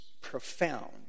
profound